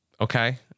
Okay